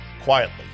quietly